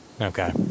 Okay